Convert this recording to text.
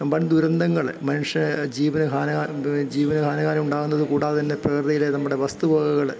വൻ ദുരന്തങ്ങൾ മനുഷ്യ ജീവന് ഹാന ജീവന് ഹാനികാരം ഉണ്ടാകുന്നത് കൂടാതെ തന്നെ പ്രകൃതിയിലെ നമ്മുടെ വസ്തുവകകൾ